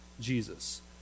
Jesus